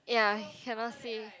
ya cannot see